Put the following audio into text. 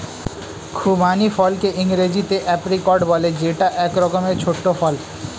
খুবানি ফলকে ইংরেজিতে এপ্রিকট বলে যেটা এক রকমের ছোট্ট ফল